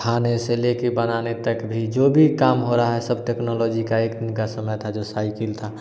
खाने से लेकर बनाने तक भी जो भी काम हो रहा है सब टेक्नोलॉजी का एक दिन का समय था जो साइकिल था